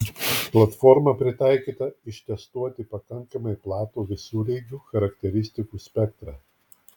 platforma pritaikyta ištestuoti pakankamai platų visureigių charakteristikų spektrą